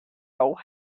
old